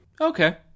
Okay